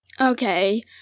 okay